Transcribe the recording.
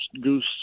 Goose